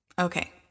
Okay